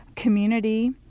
community